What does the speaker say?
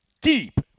deep